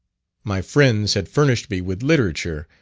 my friends had furnished me with literature,